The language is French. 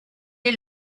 est